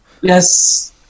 Yes